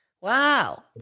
Wow